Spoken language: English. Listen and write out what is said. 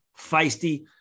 feisty